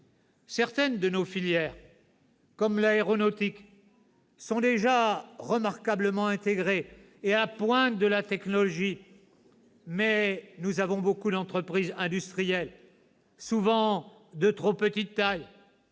Certaines de nos filières, comme l'aéronautique, sont déjà remarquablement intégrées et à la pointe de la technologie, mais nous avons beaucoup d'entreprises industrielles souvent de trop petite taille,